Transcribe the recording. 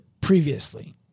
previously